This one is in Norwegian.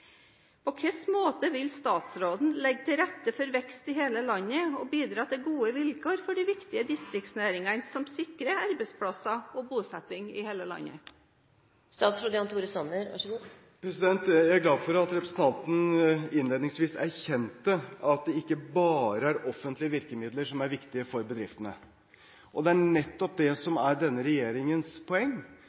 På hvilken måte vil statsråden legge til rette for vekst i hele landet og bidra til gode vilkår for de viktige distriktsnæringene som sikrer arbeidsplasser og bosetting i hele landet? Jeg er glad for at representanten innledningsvis erkjente at det ikke bare er offentlige virkemidler som er viktige for bedriftene. Det er nettopp det som er denne regjeringens poeng,